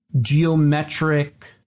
geometric